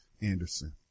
Anderson